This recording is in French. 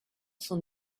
son